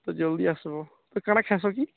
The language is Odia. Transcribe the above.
ତ ଜଲ୍ଦି ଆସବ୍ ତ କାଣା ଖାସ୍ କି